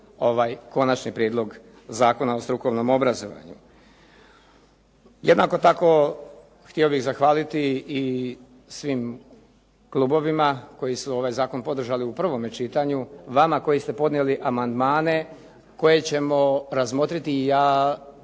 Konačni prijedlog Zakona o strukovnom obrazovanju. Jednako tako htio bih zahvaliti i svim klubovima koji su ovaj zakon podržali u prvome čitanju, vama koji ste podnijeli amandmane koje ćemo razmotriti. Ja